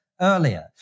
earlier